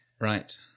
Right